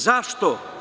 Zašto?